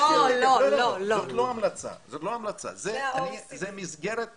זאת לא ההמלצה, זה מסגרת חשיבה.